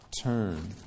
turn